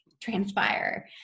transpire